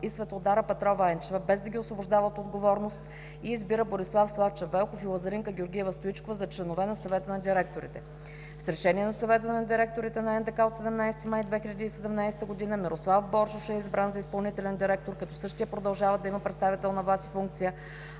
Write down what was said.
и Светлодара Петрова Енчева, без да ги освобождава от отговорност, и избира Борислав Славчев Велков и Лазаринка Георгиева Стоичкова за членове на Съвета на директорите. С решение на Съвета на директорите на НДК от 17 май 2017 г., Мирослав Боршош е избран за изпълнителен директор, като същият продължава да има представителна власт и функция,